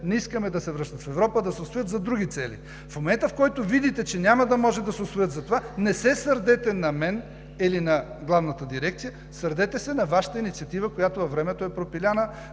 не искаме да се връщат в Европа, а да се усвоят за други цели, в момента, в който видите, че няма да може да се усвоят. Затова не се сърдете на мен или на Главната дирекция, сърдете се на Вашата инициатива, която във времето е пропиляна,